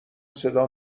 صدا